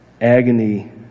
agony